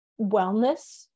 wellness